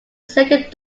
second